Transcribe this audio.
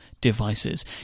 devices